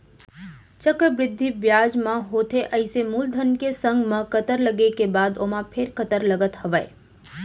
चक्रबृद्धि बियाज म होथे अइसे मूलधन के संग म कंतर लगे के बाद ओमा फेर कंतर लगत हावय